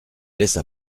laissa